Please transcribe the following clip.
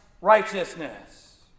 righteousness